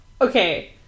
Okay